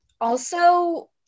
also-